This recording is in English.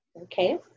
Okay